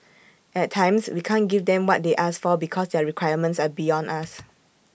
at times we can't give them what they ask for because their requirements are beyond us